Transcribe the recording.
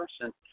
person